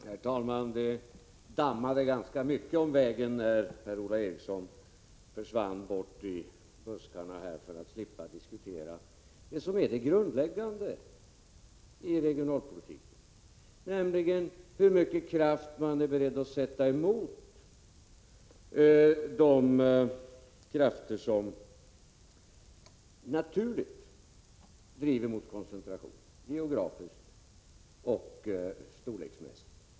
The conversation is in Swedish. Herr talman! Det dammade ganska mycket om vägen när Per-Ola Eriksson försvann bort i buskarna för att slippa diskutera det grundläggande i regionalpolitiken, nämligen hur mycket kraft man är beredd att sätta emot de krafter som naturligt driver mot koncentration, geografiskt och storleksmässigt.